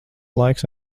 laiks